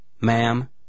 Ma'am